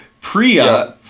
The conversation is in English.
Priya